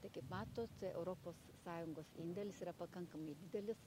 tai kaip matot europos sąjungos indėlis yra pakankamai didelis